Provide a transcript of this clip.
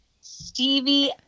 Stevie